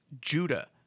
Judah